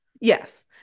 Yes